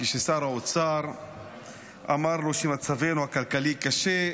כששר האוצר אמר לו: מצבנו הכלכלי קשה,